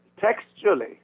textually